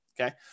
okay